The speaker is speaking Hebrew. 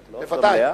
נציג סיעת העבודה,